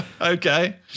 okay